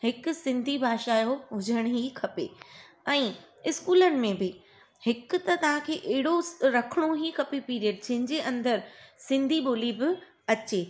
हिकु सिंधी भाषा जो हुजनि ई खपे ऐं स्कूलनि में बि हिक त तव्हांखे अहिड़ो रखिणो ई खपे पीरियड जंहिंजे अंदर सिंधी ॿोली बि अचे